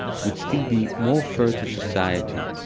it would still be more fair to society,